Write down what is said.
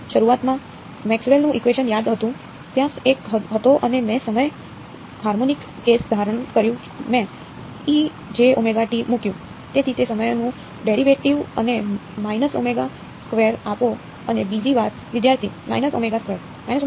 તેથી તે સમયનું ડેરિવેટિવ મને માઈનસ ઓમેગા સ્ક્વેર આપો અને બીજી વાર